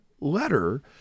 letter